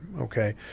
okay